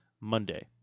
Monday